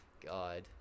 God